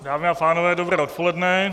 Dámy a pánové, dobré odpoledne.